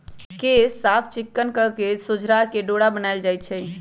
केश साफ़ चिक्कन कके सोझरा के डोरा बनाएल जाइ छइ